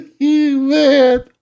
man